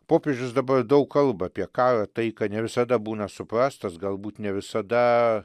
popiežius dabar daug kalba apie karą taiką ne visada būna suprastas galbūt ne visada